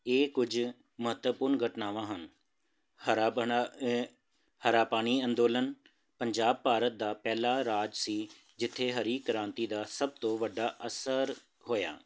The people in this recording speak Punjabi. ਇਹ ਕੁਝ ਮਹੱਤਵਪੂਰਨ ਘਟਨਾਵਾਂ ਹਨ ਹਰਾ ਬਣਾ ਹਰਾ ਪਾਣੀ ਅੰਦੋਲਨ ਪੰਜਾਬ ਭਾਰਤ ਦਾ ਪਹਿਲਾ ਰਾਜ ਸੀ ਜਿੱਥੇ ਹਰੀ ਕ੍ਰਾਂਤੀ ਦਾ ਸਭ ਤੋਂ ਵੱਡਾ ਅਸਰ ਹੋਇਆ